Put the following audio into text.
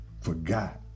forgot